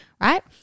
right